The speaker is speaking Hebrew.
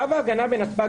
קו ההגנה בנתב"ג,